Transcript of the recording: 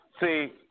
See